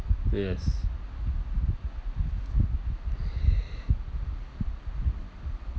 yes